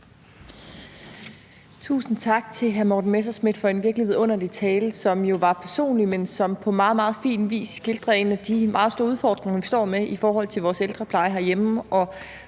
Tusind tak til hr. Morten Messerschmidt for en virkelig vidunderlig tale, som jo var personlig, men som på meget, meget fin vis skildrer en af de meget store udfordringer, vi står med, i forhold til vores ældrepleje herhjemme.